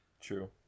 true